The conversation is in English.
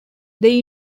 they